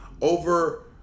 over